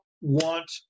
want